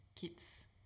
kids